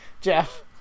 jeff